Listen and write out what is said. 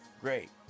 great